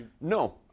No